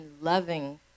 loving